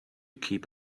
keep